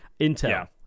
Intel